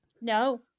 No